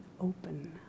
open